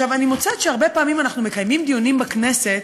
אני מוצאת שהרבה פעמים אנחנו מקיימים דיונים בכנסת